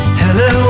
hello